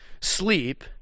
Sleep